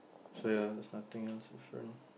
so ya there's nothing else different